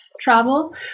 travel